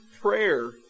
prayer